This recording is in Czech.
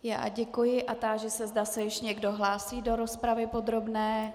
Já děkuji a táži se, zda se ještě někdo hlásí do rozpravy podrobné.